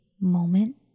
moment